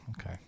okay